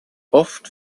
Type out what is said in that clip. oft